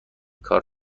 کار